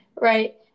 right